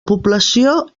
població